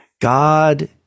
God